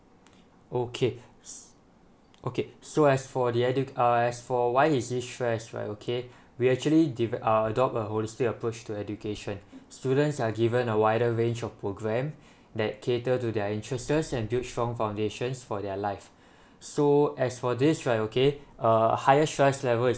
okay s~ okay so as for the edu~ uh as for why is he stress right okay we actually deve~ uh adopt a holistic approach to education students are given a wider range of programme that cater to their interests and build strong foundations for their life so as for this right okay a higher stress level